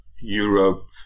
Europe